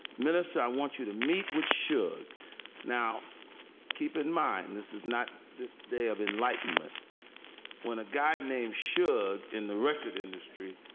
melissa, i want you to meet, which should now keep in mind, this is not this day of enlightenment when a guy named should in the record industry.